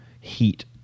heat